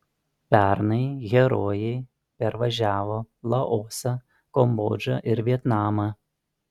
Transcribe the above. pernai herojai pervažiavo laosą kambodžą ir vietnamą